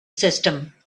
system